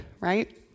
right